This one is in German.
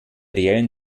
reellen